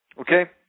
Okay